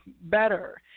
better